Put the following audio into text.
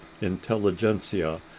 intelligentsia